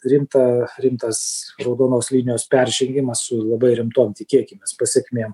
rimta rimtas raudonos linijos peržengimas su labai rimtom tikėkimės pasekmėm